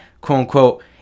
quote-unquote